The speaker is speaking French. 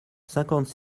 cinquante